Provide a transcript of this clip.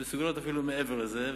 שמסוגלות אפילו מעבר לזה,